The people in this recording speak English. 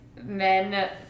Men